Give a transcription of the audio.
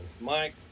Mike